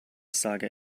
saga